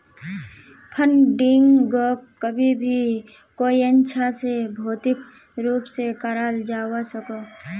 फंडिंगोक कभी भी कोयेंछा से भौतिक रूप से कराल जावा सकोह